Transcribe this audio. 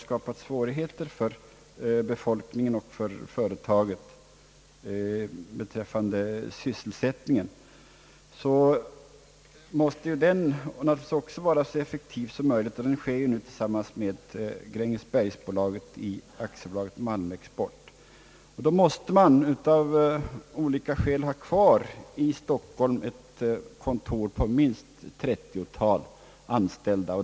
Svårigheter för befolkningen och företaget när det gäller sysselsättningen har därmed skapats. Försäljningen måste organiseras så effektivt som möjligt, och den sker tillsammans med Grängesbergsbolaget genom AB Malmexport. Av olika skäl måste man då i Stockholm ha kvar ett kontor med minst trettiotalet anställda.